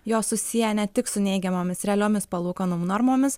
jos susiję ne tik su neigiamomis realiomis palūkanų normomis